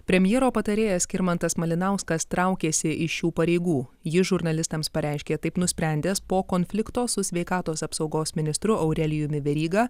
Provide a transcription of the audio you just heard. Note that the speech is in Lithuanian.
premjero patarėjas skirmantas malinauskas traukiasi iš šių pareigų jis žurnalistams pareiškė taip nusprendęs po konflikto su sveikatos apsaugos ministru aurelijumi veryga